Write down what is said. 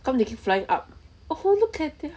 how come they keep flying up oh !huh! look at their